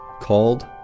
called